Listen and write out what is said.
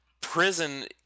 Prison